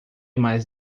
mais